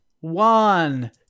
One